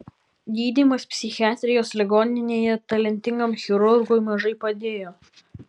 gydymas psichiatrijos ligoninėje talentingam chirurgui mažai padėjo